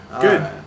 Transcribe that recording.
good